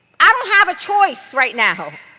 i don't have a choice right now.